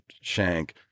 shank